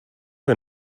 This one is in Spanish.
que